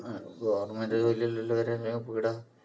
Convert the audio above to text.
ആ ഗവൺമെൻറ് ജോലിയിലുള്ളവരെല്ലാം ഇവിടെ